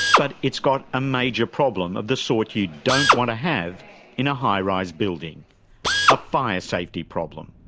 but it's got a major problem of the sort you don't want to have in a high-rise building a fire safety problem.